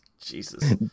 Jesus